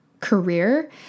career